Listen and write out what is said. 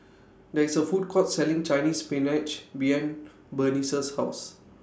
There IS A Food Court Selling Chinese Spinach behind Burnice's House